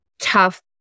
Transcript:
tough